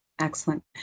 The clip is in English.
Excellent